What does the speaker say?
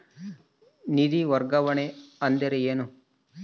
ನಿಧಿ ವರ್ಗಾವಣೆ ಅಂದರೆ ಏನು?